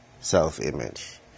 self-image